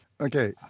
Okay